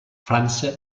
frança